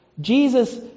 Jesus